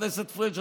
השר פריג',